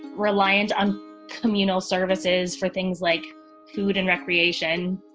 reliant on communal services for things like food and recreation.